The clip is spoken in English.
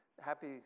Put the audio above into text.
Happy